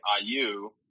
IU